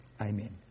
Amen